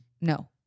No